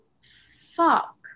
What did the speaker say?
fuck